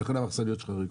ולכן המחסניות שלך ריקות.